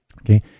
Okay